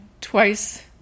twice